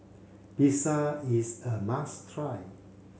pizza is a must try